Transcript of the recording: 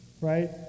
right